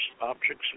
objects